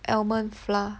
almond flour